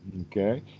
Okay